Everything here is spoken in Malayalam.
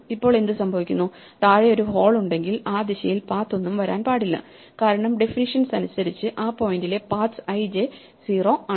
ഇപ്പോൾ എന്തു സംഭവിക്കുന്നു താഴെ ഒരു ഹോൾ ഉണ്ടെങ്കിൽ ആ ദിശയിൽ പാത്ത് ഒന്നും വരാൻ പാടില്ല കാരണം ഡെഫിനിഷ്യൻസ് അനുസരിച്ച് ആ പോയിന്റിലെ pathsI J 0 ആണ്